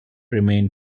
remain